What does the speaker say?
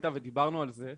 ודיברנו על זה.